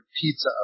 pizza